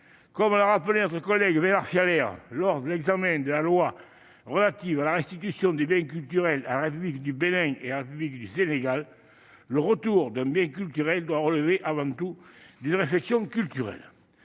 Comme l'a rappelé notre collègue Bernard Fialaire lors de l'examen de la loi relative à la restitution de biens culturels à la République du Bénin et à la République du Sénégal, le « retour » d'un bien culturel doit relever avant tout d'une réflexion culturelle.